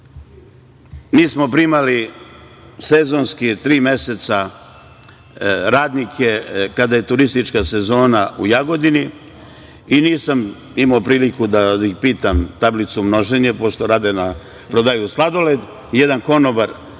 mi smo primali sezonski tri meseca radnike kada je turistička sezona u Jagodini i nisam imao priliku da ih pitam tablicu množenja, pošto prodaju sladoled, jedan konobar,